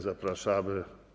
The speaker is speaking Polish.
Zapraszamy.